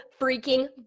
freaking